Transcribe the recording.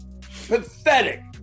Pathetic